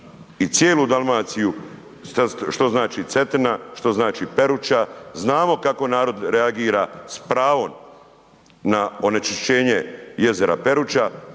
i cijelu Dalmaciju što znači Cetina, što znači Peruča. Znamo kako narod reagira s pravom na onečišćenje jezera Peruća,